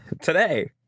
Today